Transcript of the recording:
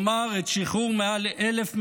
כלומר את שחרור יותר מ-1,000 מחבלים,